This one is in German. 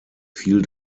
fiel